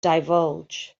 divulge